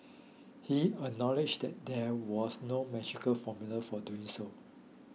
he acknowledged that there was no magical formula for doing so